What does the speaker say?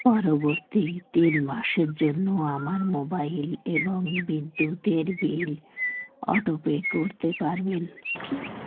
পরবর্তী তিন মাসের জন্য আমার মোবাইল এবং বিদ্যুতের বিল অটোপে করতে পারবেন